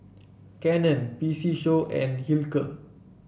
Canon P C Show and Hilker